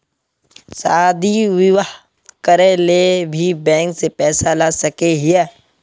शादी बियाह करे ले भी बैंक से पैसा ला सके हिये?